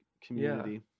community